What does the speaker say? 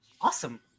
awesome